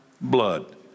blood